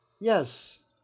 Yes